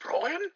Brian